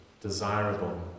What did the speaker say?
desirable